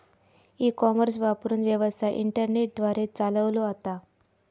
E commerce वापरून, व्यवसाय internet द्वारे चालवलो जाता